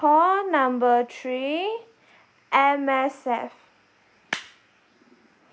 call number three M_S_F